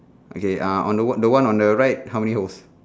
okay ah on the what the one on the right how many holes